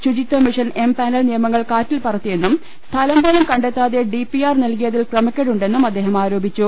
ശുചിത്വമിഷൻ empanel നിയമങ്ങൾ കാറ്റിൽപറത്തിയെന്നും സ്ഥലം പ്പോലും കണ്ടെത്താതെ ഡി പി ആർ നല്കിയതിൽ ക്രമക്കേടുണ്ടെന്നും അദ്ദേഹം ആരോപിച്ചു